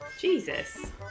Jesus